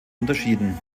unterschieden